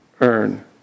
earn